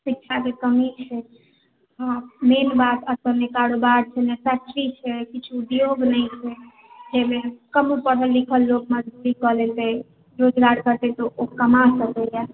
शिक्षाके कमी छै मेन बात असलमे कारोबार छै नहि नहि फैक्ट्री छै किछु उद्योग नहि छै जाहिमे कम पढ़ल लिखल लोक भी कय लेतै रोजगार करितै तऽ ओ कमा सकैया